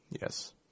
Yes